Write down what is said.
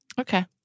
Okay